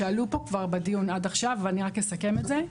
שעלו פה כבר בדיון עד עכשיו אבל אני רק אסכם את זה.